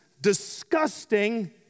disgusting